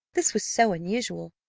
this was so unusual,